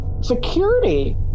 security